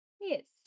Yes